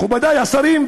מכובדי השרים,